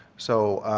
so,